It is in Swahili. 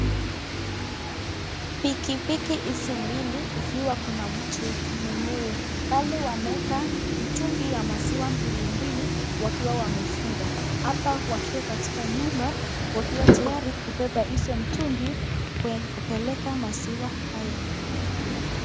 Piki piki hizi mbili ikiwa kuna mtu mwenyewe, pale wameeka mtungi ya maziwa mbili mbili wakiwa wamefunga .Hapa wakiwa katika nyumba wakiwa tayari kubeba hizo mitungi kupeleka maziwa haya.